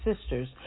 sisters